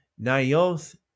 Nayoth